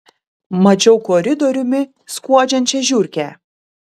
mačiau koridoriumi skuodžiančią žiurkę